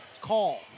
call